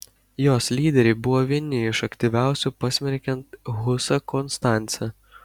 jos lyderiai buvo vieni iš aktyviausių pasmerkiant husą konstance